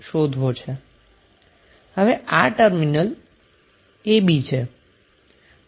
હવે આ terminal a b છે